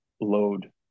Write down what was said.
load